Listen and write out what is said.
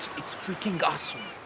it's freaking awesome!